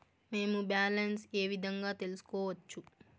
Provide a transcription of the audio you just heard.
మేము బ్యాలెన్స్ ఏ విధంగా తెలుసుకోవచ్చు?